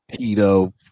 pedo